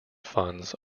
funds